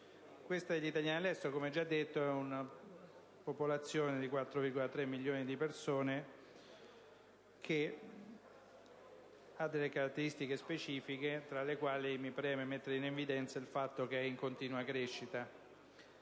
Quella degli italiani all'estero - come già è stato detto - è una popolazione di 4,3 milioni di persone, che ha caratteristiche specifiche, tra le quali mi preme mettere in evidenza il fatto che essa è in continua crescita.